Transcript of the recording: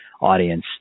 audience